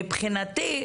מבחינתי,